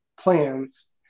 plans